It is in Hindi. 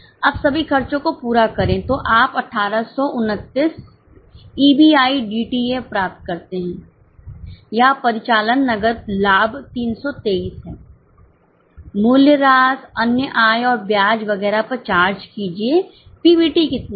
अब सभी खर्चों को पूरा करें तो आप 1829 ईबीआईडीटीए प्राप्त करते हैं या परिचालननगद लाभ 323 है मूल्यह्रास अन्य आय और ब्याज वगैरह पर चार्ज कीजिए PBT कितना है